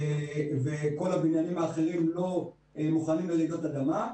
וכל הבניינים האחרים לא מוכנים לרעידות אדמה,